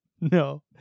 No